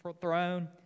throne